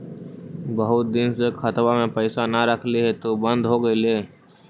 बहुत दिन से खतबा में पैसा न रखली हेतू बन्द हो गेलैय?